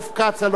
הלוא הוא כצל'ה,